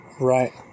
Right